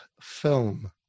film